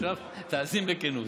עכשיו תאזין בכנות.